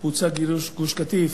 בוצע גירוש גוש-קטיף.